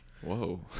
Whoa